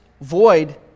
void